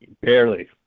barely